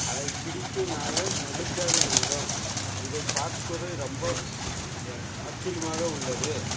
அதை பிடித்து நாங்கள் மகிழ்ச்சியாக இருந்தோம் இதை பார்ப்பது ரொம்போ இய ஆச்சரியமாக உள்ளது